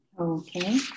Okay